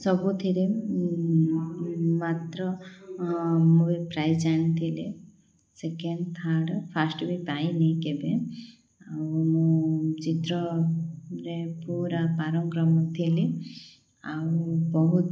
ସବୁଥିରେ ମାତ୍ର ମୁଁ ବି ପ୍ରାଇଜ୍ ଆଣିଥିଲେ ସେକେଣ୍ଡ ଥାର୍ଡ଼ ଫାଷ୍ଟ ବି ପାଇନି କେବେ ଆଉ ମୁଁ ଚିତ୍ରରେ ପୁରା ପାରଙ୍ଗମ ଥିଲି ଆଉ ବହୁତ